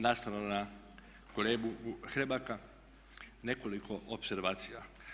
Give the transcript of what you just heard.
Nastavno na kolegu Hrebaka nekoliko opservacija.